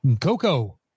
Coco